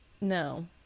no